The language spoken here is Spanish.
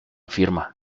firma